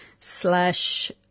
slash